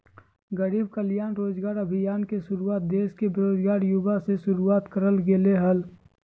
गरीब कल्याण रोजगार अभियान के शुरुआत देश के बेरोजगार युवा ले शुरुआत करल गेलय हल